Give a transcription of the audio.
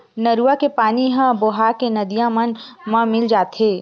नरूवा के पानी ह बोहा के नदिया मन म मिल जाथे